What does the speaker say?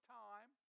time